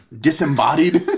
disembodied